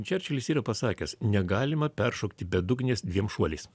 čerčilis yra pasakęs negalima peršokti bedugnės dviem šuoliais